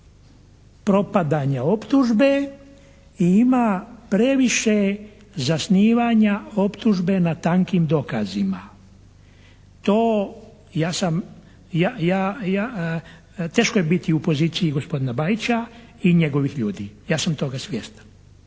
propadanja optužbe i ima previše zasnivanja optužbe na tankim dokazima. To ja sam, teško je biti u poziciji gospodina Bajića i njegovih ljudi, ja sam toga svjestan,